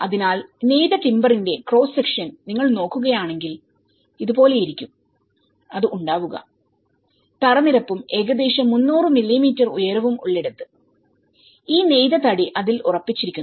അതിനാൽനെയ്ത ടിമ്പറിന്റെ ക്രോസ് സെക്ഷൻനിങ്ങൾ നോക്കുകയാണെങ്കിൽഇത് പോലെആയിരിക്കുംഅത് ഉണ്ടാവുക തറനിരപ്പും ഏകദേശം 300 മില്ലിമീറ്റർ ഉയരവും ഉള്ളിടത്ത് ഈ നെയ്ത തടി അതിൽ ഉറപ്പിച്ചിരിക്കുന്നു